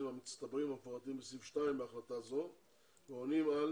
המצטברים המפורטים בסעיף 2 בהחלטה זו ועונים על